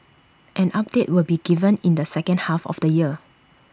an update will be given in the second half of the year